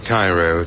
Cairo